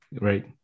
right